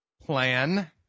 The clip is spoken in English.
plan